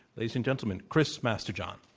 ladies and gentlemen, chris masterjohn.